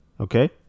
okay